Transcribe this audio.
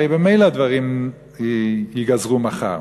הרי ממילא הדברים ייגזרו מחר.